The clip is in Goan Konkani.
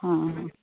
हां